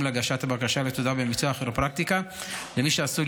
להגשת הבקשה לתעודה במקצוע הכירופרקטיקה למי שעשוי